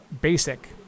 basic